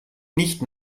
nicht